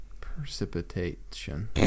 Precipitation